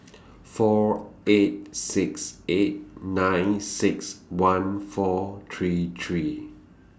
four eight six eight nine six one four three three